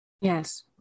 Yes